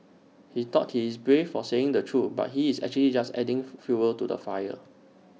he thought he's brave for saying the truth but he's actually just adding fuel to the fire